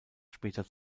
später